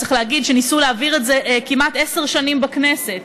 צריך להגיד שניסו להעביר את זה כמעט עשר שנים בכנסת,